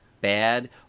bad